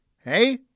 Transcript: Hey